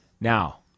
Now